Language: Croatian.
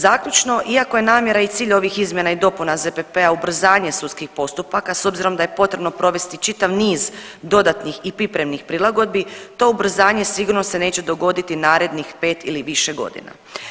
Zaključno, iako je namjera i cilj ovih izmjena i dopuna ZPP-a ubrzanje sudskih postupaka s obzirom da je potrebno provesti čitav niz dodatnih i pripremnih prilagodbi to ubrzanje sigurno se neće dogoditi narednih 5 ili više godina.